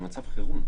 זה מצב חירום,